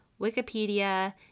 Wikipedia